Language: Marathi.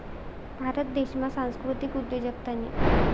भारत देशमा सांस्कृतिक उद्योजकतानी